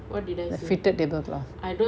the fitted tablecloth